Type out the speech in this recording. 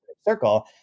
Circle